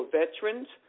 veterans